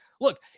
look